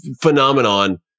phenomenon